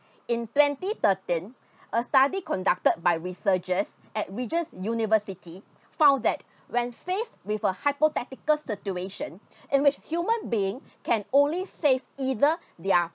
in twenty thirteen a study conducted by researchers at regis university found that when faced with a hypothetical situation in which human being can only save either their